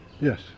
Yes